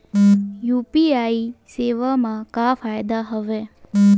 UPI सेवा मा का फ़ायदा हवे?